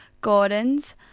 Gordon's